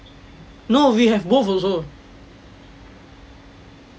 no we have both also